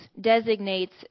designates